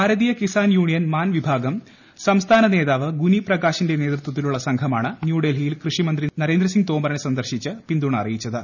ഭാരതീയ Kisan union Mann വിഭാഗം സംസ്ഥാന നേതാവ് ഗുനി പ്രകാശിന്റെ നേതൃത്വത്തിലുള്ള സംഘമാണ് ന്യൂഡൽഹിയിൽ കൃഷി മന്ത്രി നരേന്ദ്ര സിംഗ് തോമറിനെ സന്ദർശിച്ച് പ്പിന്തൂർന്ന അറിയിച്ചത്